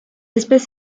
espèce